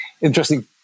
Interesting